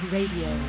Radio